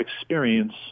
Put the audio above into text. experience